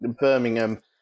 Birmingham